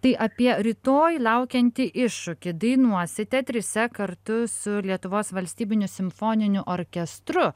tai apie rytoj laukiantį iššūkį dainuosite trise kartu su lietuvos valstybiniu simfoniniu orkestru